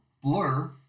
Blur